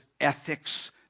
ethics